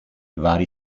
vari